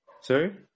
Sorry